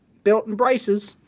belt and braces!